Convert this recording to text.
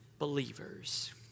Believers